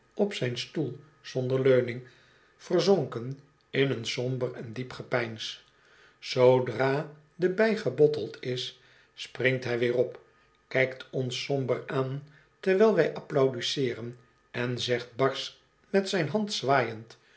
op zijn stoel zonder leuning verzonken in een somber en diep gepeins zoodra de bij gebotteld is springt hij weer op kijkt ons somber aan terwijl wij applaudiseeren en zegt barsch met zijn hand zwaaiend